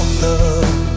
love